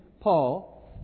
Paul